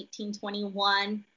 1821